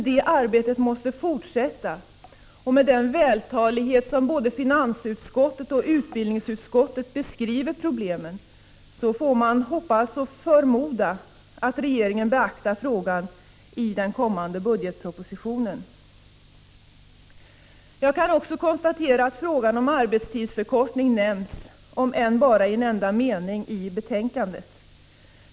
Detta arbete måste fortsätta, och med den vältalighet som både finansutskottet och utbildningsutskottet beskriver problemen får man hoppas och förmoda att regeringen beaktar frågan i den kommande budgetpropositionen. Jag konstaterar också att frågan om arbetstidsförkortning nämns — om än bara i en enda mening — i betänkandet.